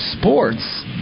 sports